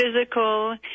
physical